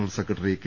റൽ secretary K